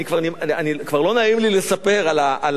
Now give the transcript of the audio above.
כבר לא נעים לי לספר על הטלפונים,